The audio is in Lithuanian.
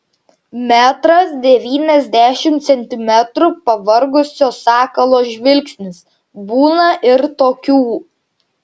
metras devyniasdešimt centimetrų pavargusio sakalo žvilgsnis būna ir tokių